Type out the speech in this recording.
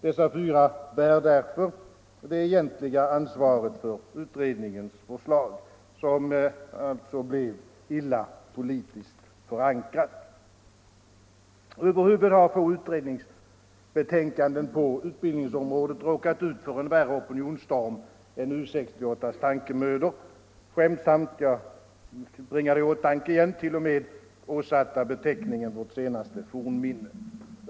Dessa fyra bär därför det egentliga ansvaret för utredningens förslag, som alltså blev illa politiskt förankrat. Över huvud taget har få utredningsbetänkanden på utbildningens område råkat ut för en värre opinionsstorm än U 68:s tankemödor, skämtsamt — jag bringar det i åtanke igen — betecknat som vårt senaste fornminne.